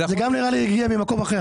נראה לי שזה הגיע ממקום אחר.